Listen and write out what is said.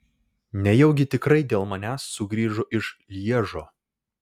nejaugi tikrai dėl manęs sugrįžo iš lježo